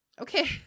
okay